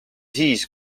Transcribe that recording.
siis